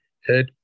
head